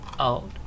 out